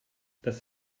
das